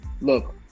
look